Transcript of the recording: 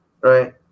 right